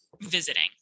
visiting